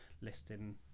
listing